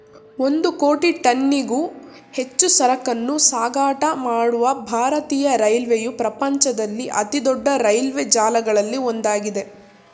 ಒಂದು ಕೋಟಿ ಟನ್ನಿಗೂ ಹೆಚ್ಚು ಸರಕನ್ನೂ ಸಾಗಾಟ ಮಾಡುವ ಭಾರತೀಯ ರೈಲ್ವೆಯು ಪ್ರಪಂಚದಲ್ಲಿ ಅತಿದೊಡ್ಡ ರೈಲು ಜಾಲಗಳಲ್ಲಿ ಒಂದಾಗಿದೆ